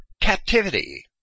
captivity